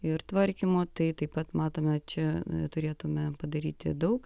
ir tvarkymo tai taip pat matome čia turėtume padaryti daug